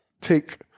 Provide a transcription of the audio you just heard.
take